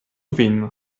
vin